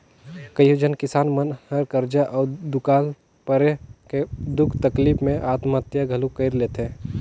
कयोझन किसान मन हर करजा अउ दुकाल परे के दुख तकलीप मे आत्महत्या घलो कइर लेथे